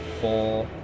four